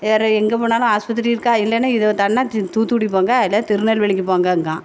வேறு எங்கே போனாலும் ஹாஸ்பத்திரி இருக்கா இல்லைன்னா இத தாண்டுன்னா தூத்துக்குடி போங்க இல்லை திருநெல்வேலிக்கு போங்கங்கா